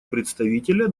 представителя